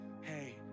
hey